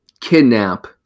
kidnap